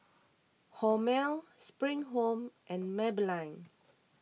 Hormel Spring Home and Maybelline